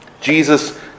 Jesus